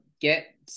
Get